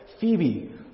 Phoebe